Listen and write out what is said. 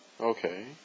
okay